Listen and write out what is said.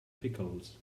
pickles